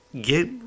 get